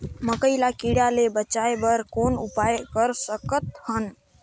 मकई ल कीड़ा ले बचाय बर कौन उपाय कर सकत हन?